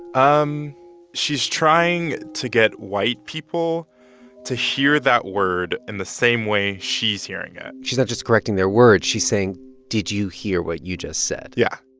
um she's trying to get white people to hear that word in the same way she's hearing it she's not just correcting their words she's saying, did you hear what you just said? yeah.